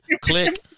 click